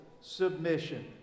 submission